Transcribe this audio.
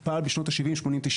הוא פעל בשנות ה-70-80-90.